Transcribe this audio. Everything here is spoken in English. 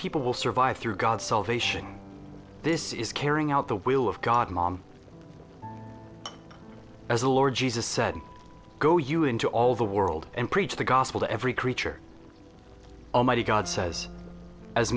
people will survive through god's salvation this is carrying out the will of god mom as the lord jesus said go you into all the world and preach the gospel to every creature almighty god says as